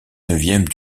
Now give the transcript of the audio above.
neuvième